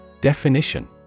Definition